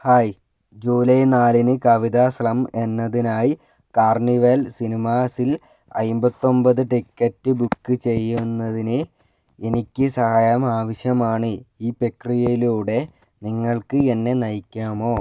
hi July നാലിന് കവിത slam എന്നതിനായി കാർണിവൽ സിനിമാസിൽ അൻപത്തി ഒൻപത് ടിക്കറ്റ് ബുക്ക് ചെയ്യുന്നതിന് എനിക്ക് സഹായം ആവശ്യമാണ് ഈ പ്രക്രിയയിലൂടെ നിങ്ങൾക്ക് എന്നെ നയിക്കാമോ